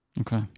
Okay